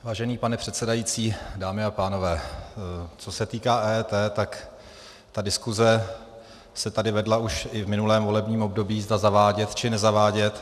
Vážený pane předsedající, dámy a pánové, co se týká EET, diskuse se tady vedla už i v minulém volebním období, zda zavádět, či nezavádět.